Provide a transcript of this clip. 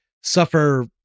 suffer